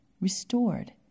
restored